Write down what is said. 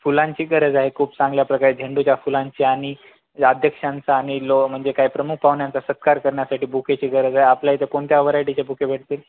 फुलांची गरज आहे खूप चांगल्या प्रकारे झेंडूच्या फुलांची आणि अध्यक्षांचा आणि लोकं म्हणजे काय प्रमुख पाहुण्यांचा सत्कार करण्यासाठी बुकेची गरज आहे आपल्या इथे कोणत्या व्हरायटीचे बुके भेटतील